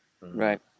Right